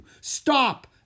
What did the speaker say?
Stop